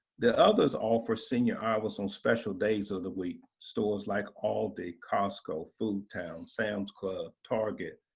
the others offer senior hours on special days of the week. stores like, aldi, costco, food town, sam's club, target,